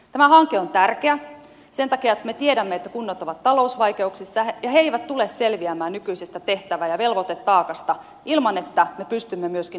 tämä hanke on tärkeä sen takia että me tiedämme että kunnat ovat talousvaikeuksissa ja ne eivät tule selviämään nykyisestä tehtävä ja velvoitetaakasta ilman että me pystymme myöskin sitä karsimaan